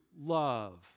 love